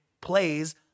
plays